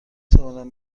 توانم